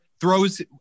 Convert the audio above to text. throws